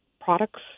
products